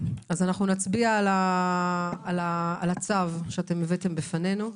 אז אנחנו נצביע על הצו שהבאתם בפנינו.